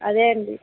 అదే అండి